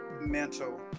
mental